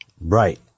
Right